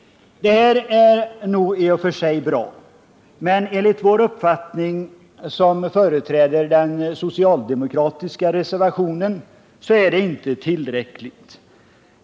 Det här är nog i och för sig bra, men enligt den uppfattning som vi har som företräder den socialdemokratiska reservationen är det inte tillräckligt.